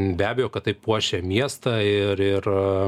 be abejo kad taip puošia miestą ir ir